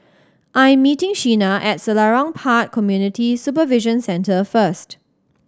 I'm meeting Sheena at Selarang Park Community Supervision Centre first